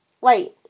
wait